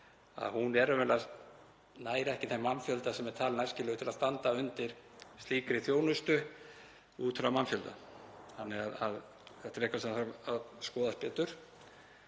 nær raunverulega ekki þeim mannfjölda sem er talinn æskilegur til að standa undir slíkri þjónustu út frá mannfjölda, þannig að þetta er eitthvað sem þarf að skoða betur.